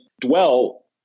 Dwell